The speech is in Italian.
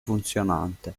funzionante